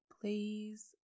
Please